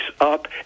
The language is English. up